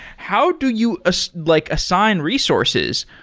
how do you ah so like assign resources,